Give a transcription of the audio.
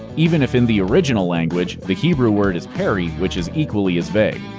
even if in the original language, the hebrew word is peri, which is equally as vague.